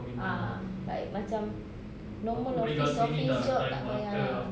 ah like macam normal office office job tak payah lah